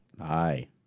aye